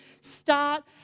start